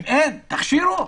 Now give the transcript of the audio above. אם אין תכשירו,